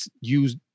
use